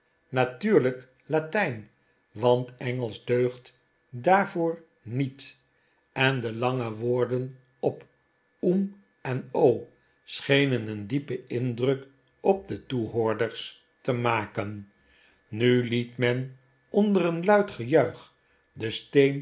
natuurlijk latijn want engelsch deugt daarvoor niet en de lange woorden op um en o schenen een diepen indruk op de toehoorders te maken nu liet men onder een luid gejuich den